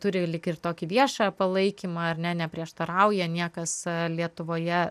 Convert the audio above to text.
turi lyg ir tokį viešą palaikymą ar ne neprieštarauja niekas lietuvoje